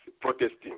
protesting